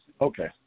Okay